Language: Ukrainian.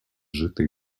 жити